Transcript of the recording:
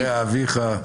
כתוב: